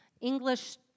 English